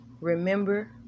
remember